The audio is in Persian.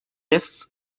تحصیل